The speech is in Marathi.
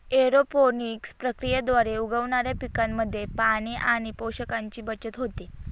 एरोपोनिक्स प्रक्रियेद्वारे उगवणाऱ्या पिकांमध्ये पाणी आणि पोषकांची बचत होते